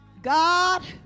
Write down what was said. God